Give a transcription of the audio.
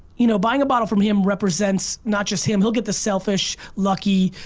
you know buying a bottle from him represents not just him, he'll get the selfish, lucky,